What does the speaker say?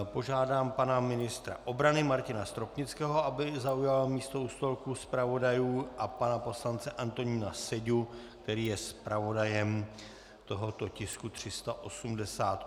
Požádám pana ministra obrany Martina Stropnického, aby zaujal místo u stolku zpravodajů, a pana poslance Antonína Seďu, který je zpravodajem tohoto tisku 388.